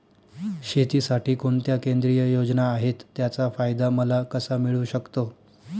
शेतीसाठी कोणत्या केंद्रिय योजना आहेत, त्याचा फायदा मला कसा मिळू शकतो?